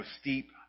steep